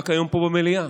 רק היום פה, במליאה,